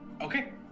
Okay